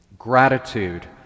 Gratitude